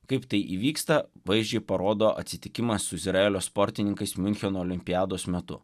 kaip tai įvyksta vaizdžiai parodo atsitikimas su izraelio sportininkais miuncheno olimpiados metu